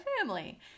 family